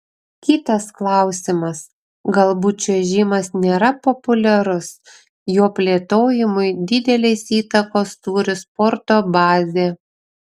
kitas klausimas galbūt čiuožimas nėra populiarus jo plėtojimui didelės įtakos turi sporto bazė